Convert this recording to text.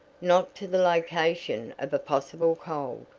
not to the location of a possible cold.